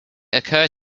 occur